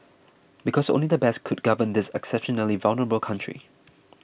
because only the best could govern this exceptionally vulnerable country